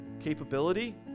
capability